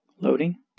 Loading